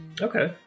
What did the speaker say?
Okay